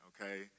Okay